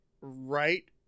right